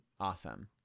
awesome